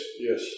yes